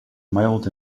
mild